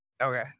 Okay